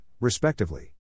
respectively